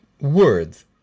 words